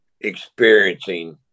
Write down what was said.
experiencing